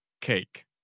cake